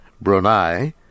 Brunei